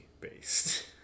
based